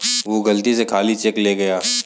वो गलती से खाली चेक ले गया